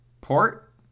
Port